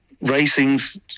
racing's